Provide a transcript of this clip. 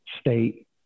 state